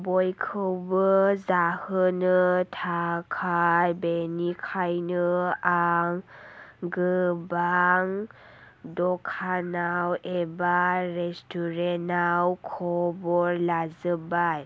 बयखौबो जाहोनो थाखाय बेनिखायनो आं गोबां द'खानाव एबा रेस्टुरेन्टआव खबर लाजोबबाय